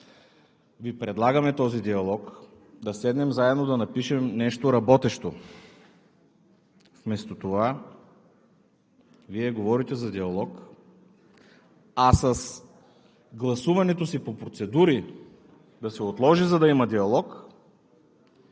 Ви предлагаме този диалог – да седнем заедно да напишем нещо работещо, вместо това Вие говорите за диалог, а с гласуването си по процедури – да се отложи, за да има диалог,